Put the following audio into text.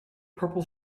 purple